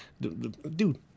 Dude